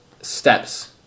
steps